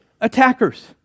attackers